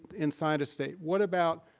inside a state. what about,